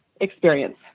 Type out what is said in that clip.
experience